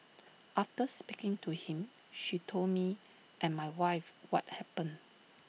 after speaking to him she told me and my wife what happened